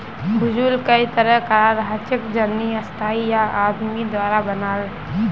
भूजल कई तरह कार हछेक जेन्ने स्थाई या आदमी द्वारा बनाल